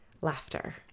laughter